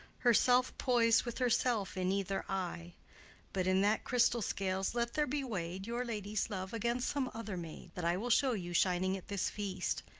herself pois'd with herself in either eye but in that crystal scales let there be weigh'd your lady's love against some other maid that i will show you shining at this feast,